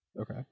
Okay